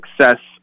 success